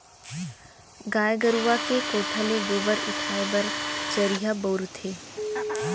गाय गरूवा के कोठा ले गोबर उठाय बर चरिहा बउरथे